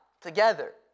together